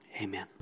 Amen